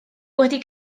wedi